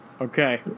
Okay